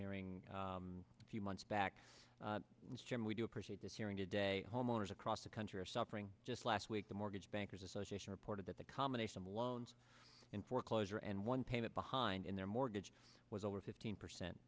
hearing a few months back and jim we do appreciate this hearing today homeowners across the country are suffering just last week the mortgage bankers association reported that the combination of loans in foreclosure and one payment behind in their mortgage was over fifteen percent